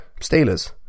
Steelers